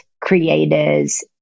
creators